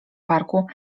parku